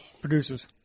Producers